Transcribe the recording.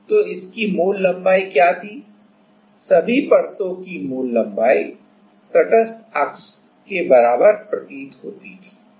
तो इसकी मूल लंबाई क्या थी सभी परतों की मूल लंबाई तटस्थ अक्ष के बराबर प्रतीत होती थी